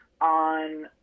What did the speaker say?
on